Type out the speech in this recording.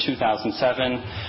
2007